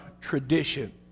tradition